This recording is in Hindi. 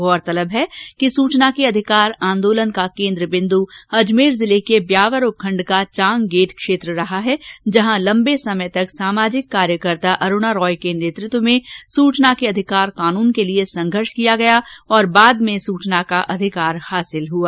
गौरतलब है कि सूचना के अधिकार आंदोलन का केन्द्र बिन्दु अजमेर जिले के ब्यावर उपखंड का चांग गेट क्षेत्र रहा है जहाँ लम्बे समय तक सामाजिक कार्यकर्ता अरूणा राय के नेतृत्व में सूचना के अधिकार कानून के लिये संघर्ष किया गया था बाद में सूचना का अधिकार हासिल हुआ